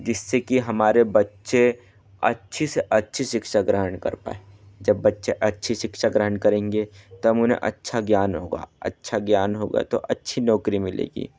जिससे कि हमारे बच्चे अच्छी से अच्छी शिक्षा ग्रहण कर पाए जब बच्चे अच्छी शिक्षा ग्रहण करेंगे तब उन्हे अच्छा ज्ञान होगा अच्छा ज्ञान होगा तो अच्छी नौकरी मिलेगी